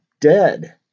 dead